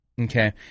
Okay